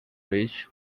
rich